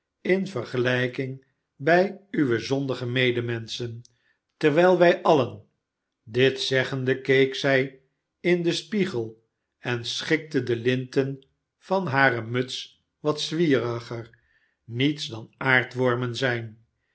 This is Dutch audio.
in vergelijking bij uwe zondige medemenschen terwijl wij alien dit zeggende keek zij in den spiegel en schikte de linten van hare muts wat zwieriger niets dan aardwormen zijn